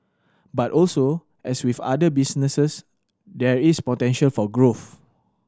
but also as with other businesses there is potential for growth